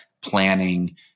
planning